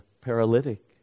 paralytic